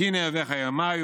כי הינה אויביך יהמיון,